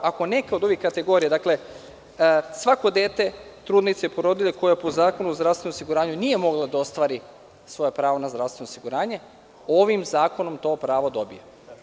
Ako neka od ovih kategorija, svako dete, trudnica ili porodilja, po Zakonu o zdravstvenom osiguranju nije mogla da ostvari svoje pravo na zdravstveno osiguranje, ovim zakonom to pravo dobija.